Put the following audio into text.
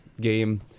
game